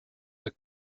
der